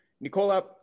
Nicola